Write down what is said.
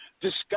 discuss